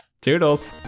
toodles